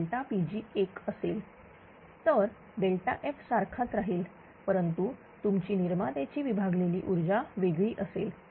तर F सारखाच राहील परंतु तुमची निर्मात्याची विभागलेली ऊर्जा वेगळी असेल